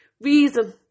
Reason